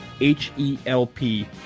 H-E-L-P